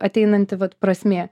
ateinanti vat prasmė